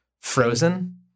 frozen